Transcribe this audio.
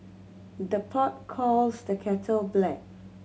the pot calls the kettle black